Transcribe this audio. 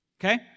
Okay